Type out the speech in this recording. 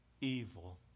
evil